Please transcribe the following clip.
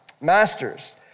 Masters